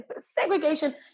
Segregation